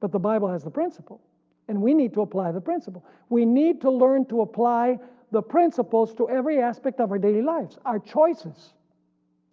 but the bible has the principle and we need to apply the principle we need to learn to apply the principles to every aspect of our daily lives, our choices